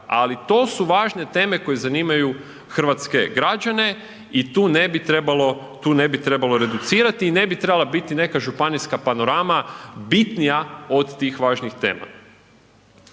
Ali to su važne teme koje zanimaju hrvatske građane i tu ne bi trebalo, tu ne bi trebalo reducirati, i ne bi trebala biti neka Županijska panorama bitnija od tih važnih tema.